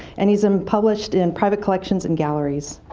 and he's been published in private collections and galleries,